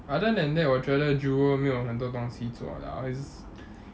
other than that 我觉得 jewel 没有很多东西做 liao is